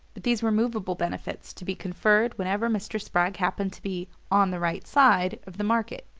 these were movable benefits, to be conferred whenever mr. spragg happened to be on the right side of the market.